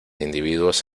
individuos